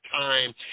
time